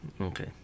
Okay